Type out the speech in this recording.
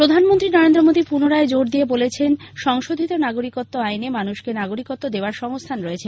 প্রধানমন্ত্রী নরেন্দ্র মোদী পুনরায় জোর দিয়ে বলেছেন সংশোধিত নাগিরকত্ব আইনে মানুষকে নাগরিকত্ব দেওয়ার সংস্থান রয়েছে